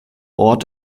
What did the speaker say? ort